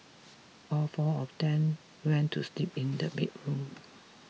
all four of them then went to sleep in the bedroom